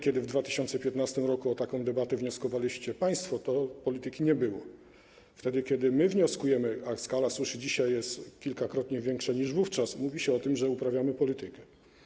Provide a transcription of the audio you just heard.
Kiedy w 2015 r. o taką debatę wnioskowaliście państwo, polityki nie było, kiedy my wnioskujemy, a skala suszy dzisiaj jest kilkakrotnie większa niż wówczas, mówi się o tym, że uprawiamy politykę.